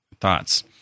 thoughts